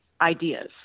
ideas